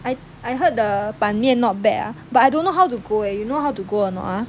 I I heard the 板面 not bad ah but I don't know how to go eh you know how to go or not ah